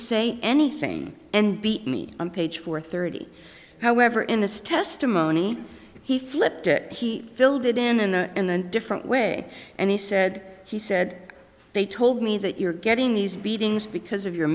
say anything and beat me on page four thirty however in this testimony he flipped he filled it in a new and different way and he said he said they told me that you're getting these beatings because of your